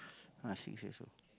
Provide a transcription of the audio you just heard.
ah six years old